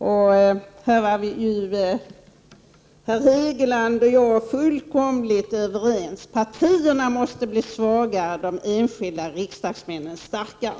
På den punkten är herr Hegeland och jag fullkomligt överens: partierna måste bli svagare och de enskilda riksdagsmännen starkare.